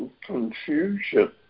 confusion